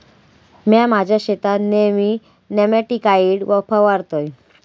म्या माझ्या शेतात नेयमी नेमॅटिकाइड फवारतय